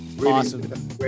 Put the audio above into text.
Awesome